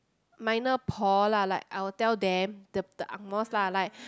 minor poh lah like I will them the the Angmos lah like